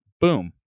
boom